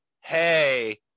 hey